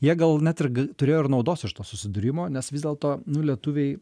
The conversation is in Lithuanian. jie gal net ir ga turėjo ir naudos iš to susidūrimo nes vis dėlto nu lietuviai